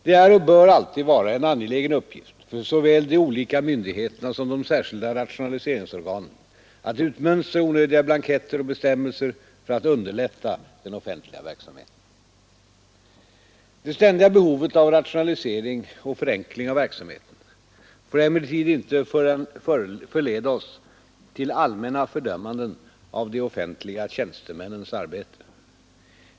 Det är och bör alltid vara en angelägen uppgift för såväl de olika 9 Det ständiga behovet av rationalisering och förenkling av verksamheten får emellertid inte förleda oss till allmänna fördömanden av de offentliga tjänstemännens arbete.